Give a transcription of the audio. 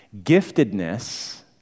Giftedness